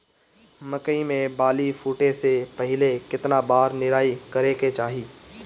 मकई मे बाली फूटे से पहिले केतना बार निराई करे के चाही?